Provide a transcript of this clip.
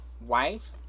wife